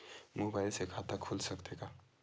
Mobile से खाता खुल सकथे का?